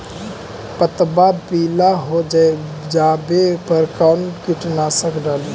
पतबा पिला हो जाबे पर कौन कीटनाशक डाली?